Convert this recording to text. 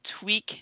tweak